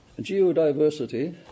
geodiversity